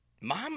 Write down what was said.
Mom